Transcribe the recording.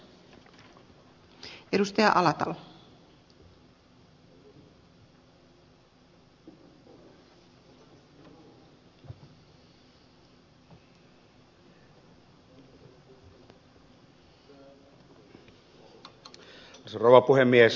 arvoisa rouva puhemies